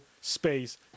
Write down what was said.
space